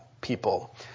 people